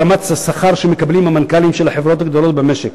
ברמת השכר שמקבלים המנכ"לים של החברות הגדולות במשק,